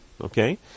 Okay